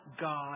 God